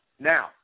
Now